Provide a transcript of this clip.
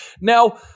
Now